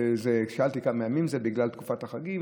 ושאלתי: כמה ימים זה בגלל תקופת החגים?